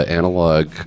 analog